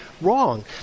wrong